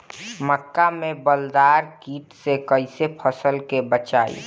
मक्का में बालदार कीट से कईसे फसल के बचाई?